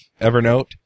Evernote